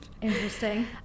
Interesting